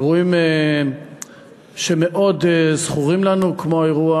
אירועים שזכורים לנו מאוד, כמו האירוע